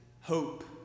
hope